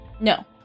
No